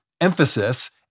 emphasis